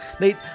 Nate